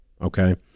Okay